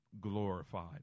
glorified